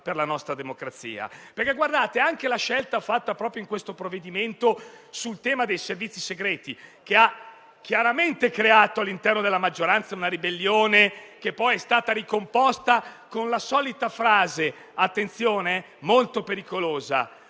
per la nostra democrazia. Anche la scelta, fatta proprio con il provvedimento al nostro esame, sul tema dei servizi segreti ha chiaramente creato all'interno della maggioranza una ribellione che poi è stata ricomposta con la solita frase - attenzione, molto pericolosa